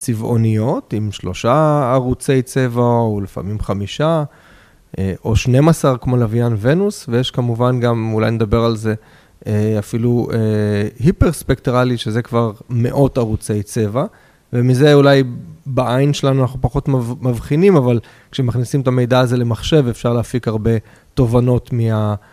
צבעוניות עם שלושה ערוצי צבע או לפעמים חמישה או 12 כמו לווין ונוס. ויש כמובן גם, אולי נדבר על זה אפילו היפרספקטרלי, שזה כבר מאות ערוצי צבע, ומזה אולי בעין שלנו אנחנו פחות מבחינים, אבל כשמכניסים את המידע הזה למחשב אפשר להפיק הרבה תובנות מה...